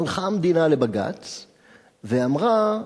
הלכה המדינה לבג"ץ ואמרה: